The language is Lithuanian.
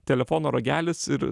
telefono ragelis ir